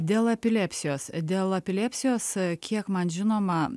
dėl epilepsijos dėl epilepsijos kiek man žinoma